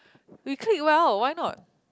we clique well why not